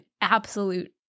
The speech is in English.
absolute